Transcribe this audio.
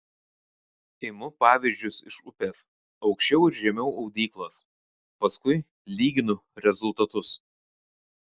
imu pavyzdžius iš upės aukščiau ir žemiau audyklos paskui lyginu rezultatus